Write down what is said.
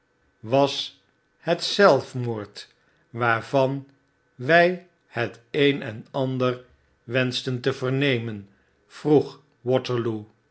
was het zeifmoord waarvan wy het een en ander wenschten te vernemen vroeg waterloo